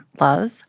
love